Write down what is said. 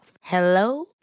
Hello